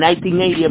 1980